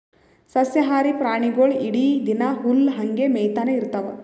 ಸಸ್ಯಾಹಾರಿ ಪ್ರಾಣಿಗೊಳ್ ಇಡೀ ದಿನಾ ಹುಲ್ಲ್ ಹಂಗೆ ಮೇಯ್ತಾನೆ ಇರ್ತವ್